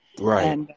Right